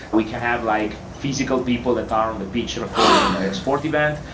we can have like physical people that are on the pitch recording the sport event,